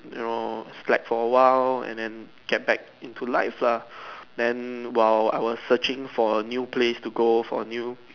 you know slack for a while and then get back into life ah then while I was searching for a new place to go for new